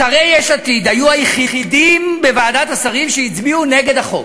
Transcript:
שרי יש עתיד היו היחידים בוועדת השרים שהצביעו נגד החוק.